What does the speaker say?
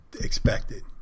expected